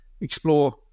explore